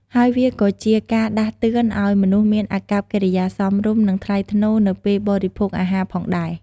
ហើយវាក៏ជាការដាស់តឿនឲ្យមនុស្សមានអាកប្បកិរិយាសមរម្យ និងថ្លៃថ្នូរនៅពេលបរិភោគអាហារផងដែរ។